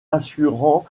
assurant